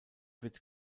wird